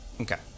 Okay